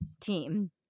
team